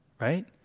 right